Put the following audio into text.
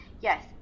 Yes